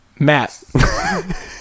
Matt